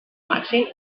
màxim